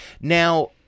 Now